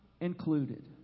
included